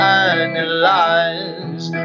analyze